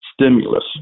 stimulus